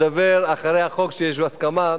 אז זה חוק לגבי רשויות שנכנסו לפיילוט,